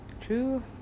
True